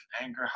anger